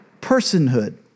personhood